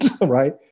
right